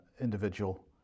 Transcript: individual